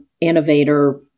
innovator